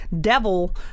devil